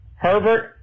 Herbert